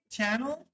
channel